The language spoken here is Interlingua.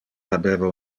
habeva